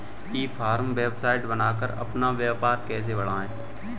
ई commerce website बनाकर अपना व्यापार कैसे बढ़ाएँ?